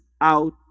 out